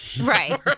right